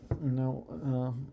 no